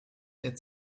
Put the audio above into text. der